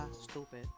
Stupid